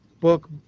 book